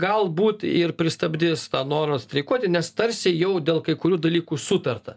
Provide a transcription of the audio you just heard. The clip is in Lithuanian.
galbūt ir pristabdys tą norą streikuoti nes tarsi jau dėl kai kurių dalykų sutarta